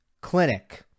clinic